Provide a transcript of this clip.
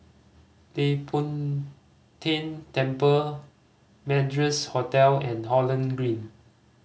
Leng Poh Tian Temple Madras Hotel and Holland Green